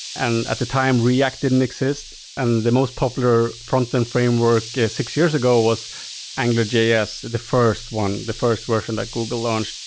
and at the time, react didn't exist and the most popular frontend framework six years ago was angularjs, the first one, the first version that google launched.